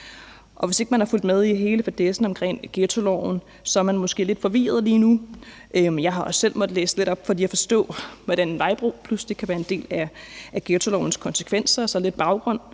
Hvis ikke man har fulgt med i hele fadæsen omkring ghettoloven, er man måske lidt forvirret lige nu. Jeg har også selv måttet læse lidt op på det for at forstå, hvordan en vejbro pludselig kan være en del af ghettolovens konsekvenser. Så her